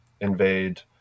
invade